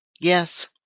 Yes